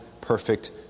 perfect